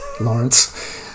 Lawrence